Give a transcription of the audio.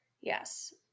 Yes